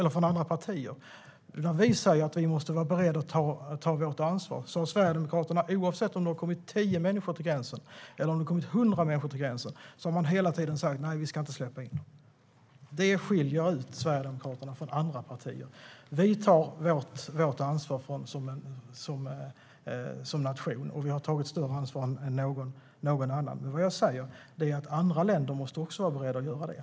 När vi andra säger att vi måste vara beredda att ta vårt ansvar säger Sverigedemokraterna, oavsett om det kommit 10 eller 100 människor till gränsen, hela tiden: Nej, vi ska inte släppa in. Det skiljer Sverigedemokraterna från andra partier. Vi tar vårt ansvar som nation. Och vi har tagit ett större ansvar än någon annan. Vad jag säger är att också andra länder måste vara beredda att göra det.